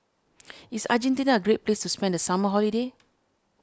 is Argentina a great place to spend the summer holiday